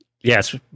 Yes